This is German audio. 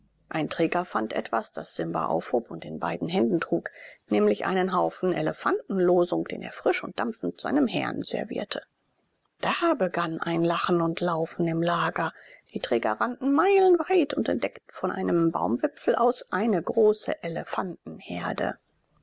ein träger fand etwas das simba aufhob und in beiden händen trug nämlich einen haufen elefantenlosung den er frisch und dampfend seinem herrn servierte da begann ein lachen und laufen im lager die träger rannten meilenweit und entdeckten von einem baumwipfel aus eine große